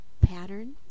pattern